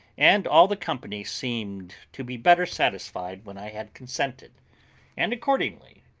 and all the company seemed to be better satisfied when i had consented and, accordingly,